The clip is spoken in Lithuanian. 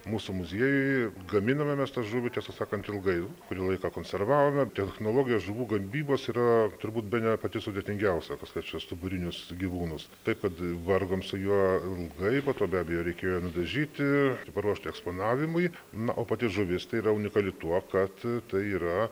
mūsų muziejui gaminome mes tą žuvį tiesą sakant ilgai kurį laiką konservavome technologijos žuvų ga bybos yra turbūt bene pati sudėtingiausia kas liečia stuburinius gyvūnus taip kad vargom su juo ilgai po to be abejo reikėjo nudažyti ir paruošti eksponavimui na o pati žuvis tai yra unikali tuo kad tai yra